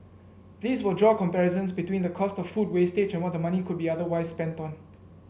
these will draw comparisons between the cost of food wastage and what the money could be otherwise spent on